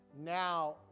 now